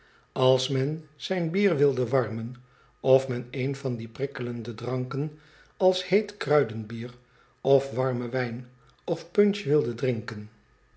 als men zijn bier wilde warmen of men een van die prikkelende dranken als heet kruidenbier of warmen wijn of punch wilde drinken